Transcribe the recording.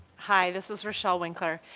hi. this is richelle winkler.